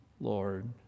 Lord